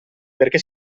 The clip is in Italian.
perché